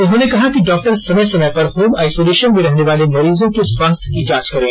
उन्होंने कहा कि डॉक्टर समय समय पर होम आइसोलेशन में रहने वाले मरीजों के स्वास्थ्य की जांच करें